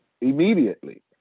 immediately